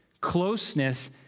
Closeness